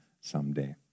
someday